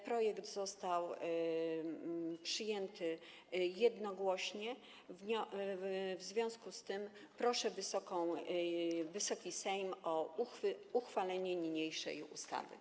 Projekt został przyjęty jednogłośnie, w związku z czym proszę Wysoki Sejm o uchwalenie niniejszej ustawy.